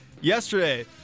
Yesterday